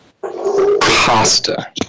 Pasta